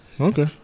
Okay